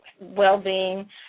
well-being